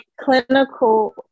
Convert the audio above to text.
clinical